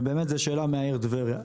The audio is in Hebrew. זו שאלה מהעיר טבריה,